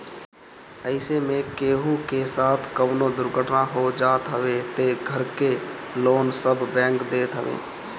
अइसे में केहू के साथे कवनो दुर्घटना हो जात हवे तअ घर के लोन सब बैंक देत हवे